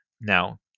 Now